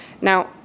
Now